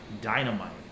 dynamite